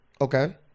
Okay